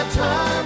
time